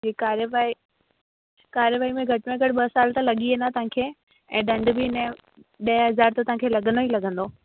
ही कार्यवाही कार्यवाही में घट में घटि ॿ साल त लॻी वेंदा तव्हांखे ऐं दंड बि इनजो ॾह हज़ार त तव्हांखे लॻंदो ई लॻंदो